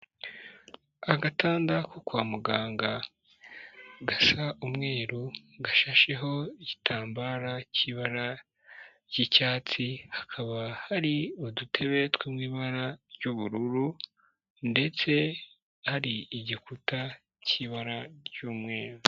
Agatanda ko kwa muganga gasa umweru, gashasheho igitambaro cy'ibara ry'icyatsi, hakaba hari udutebe two mu ibara ry'ubururu ndetse hari igikuta cy'ibara ry'umweru.